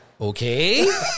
okay